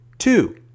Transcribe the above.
Two